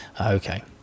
Okay